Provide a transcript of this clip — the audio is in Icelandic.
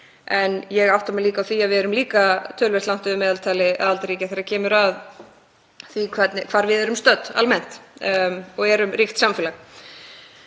En ég átta mig líka á því að við erum líka töluvert langt yfir meðaltali aðildarríkja þegar kemur að því hvar við erum stödd almennt, við erum ríkt samfélag.